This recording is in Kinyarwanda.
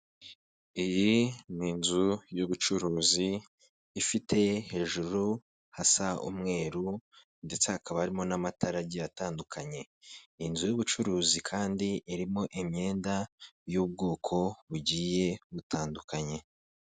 Iyi ni inzu y'ubucuruzi ifite hejuru hasa umweru, ndetse hakaba harimo n'amatara agiye atandukanye, inzu y'ubucuruzi kandi irimo imyenda y'ubwoko bugiye butandukanye.